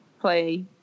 play